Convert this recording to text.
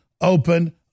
open